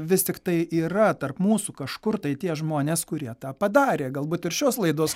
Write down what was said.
vis tiktai yra tarp mūsų kažkur tai tie žmonės kurie tą padarė galbūt ir šios laidos